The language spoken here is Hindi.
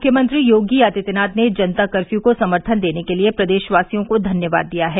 मुख्यमंत्री योगी आदित्यनाथ ने जनता कर्फ्यू को समर्थन देने के लिए प्रदेशवासियों को धन्यवाद दिया है